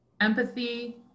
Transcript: empathy